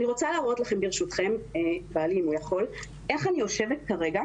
אתם יכולים לראות שאני יושבת כרגע